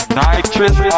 nitrous